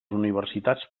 universitats